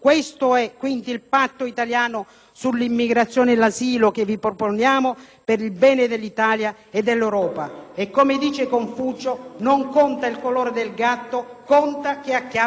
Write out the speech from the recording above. sull'immigrazione e l'asilo che vi proponiamo per il bene dell'Italia e dell'Europa. E come dice Confucio: «Non conta il colore del gatto, conta che acchiappi il topo». *(Applausi